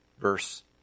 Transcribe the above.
verse